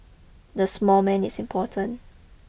the small man is important